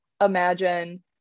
imagine